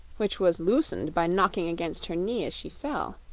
which was loosened by knocking against her knee as she fell.